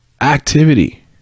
activity